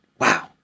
wow